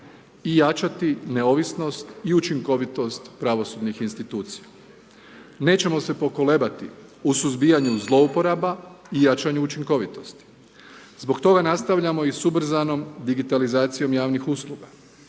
i jačati neovisnost i učinkovitost pravosudnih institucija. Nećemo se pokolebati u suzbijanju zlouporaba i jačanju učinkovitosti. Zbog toga nastavljamo i s ubrzanom digitalizacijom javnih usluga,